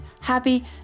happy